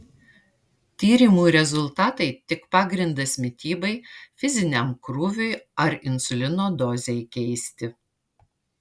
tyrimų rezultatai tik pagrindas mitybai fiziniam krūviui ar insulino dozei keisti